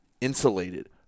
insulated